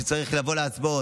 שצריך לבוא להצבעות,